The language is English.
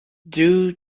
due